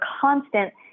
constant